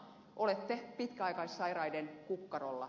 olette pitkäaikaissairaiden kukkarolla